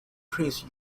prince